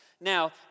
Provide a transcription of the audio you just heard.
Now